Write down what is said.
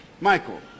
Michael